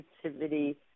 creativity